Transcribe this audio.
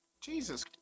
Jesus